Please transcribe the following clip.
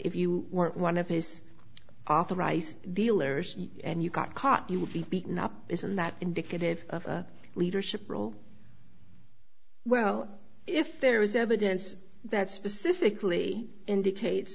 if you weren't one of his authorized dealers and you got caught you would be beaten up isn't that indicative of a leadership role well if there is evidence that specifically indicates